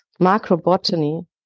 macrobotany